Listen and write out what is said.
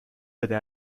بده